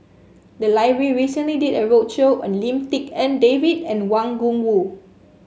the library recently did a roadshow on Lim Tik En David and Wang Gungwu